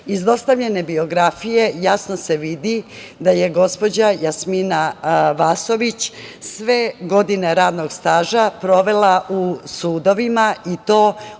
dostavljene biografije jasno se vidi da je gospođa Jasmina Vasović sve godine radnog staža provela u sudovima i to